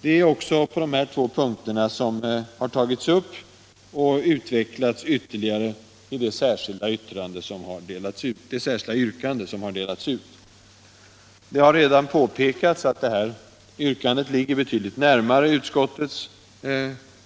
Det är också de här två punkterna som har tagits upp och utvecklats ytterligare i det särskilda yrkande som har delats ut. Det har redan påpekats att yrkandet ligger betydligt närmare utskottets